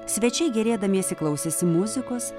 svečiai gėrėdamiesi klausėsi muzikos